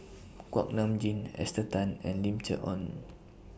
Kuak Nam Jin Esther Tan and Lim Chee Onn